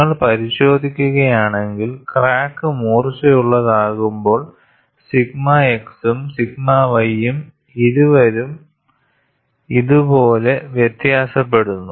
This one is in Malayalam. നിങ്ങൾ പരിശോധിക്കുകയാണെങ്കിൽ ക്രാക്ക് മൂർച്ചയുള്ളത് ആകുമ്പോൾ സിഗ്മ x ഉംസിഗ്മ y യും ഇരുവരും ഇതുപോലെ വ്യത്യാസപ്പെടുന്നു